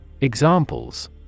Examples